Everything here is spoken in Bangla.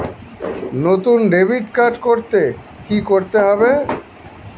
নতুন ডেবিট কার্ড পেতে কী করতে হবে?